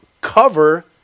cover